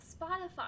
Spotify